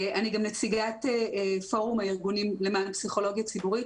אני גם נציגת פורום הארגונים למען הפסיכולוגיה הציבורית,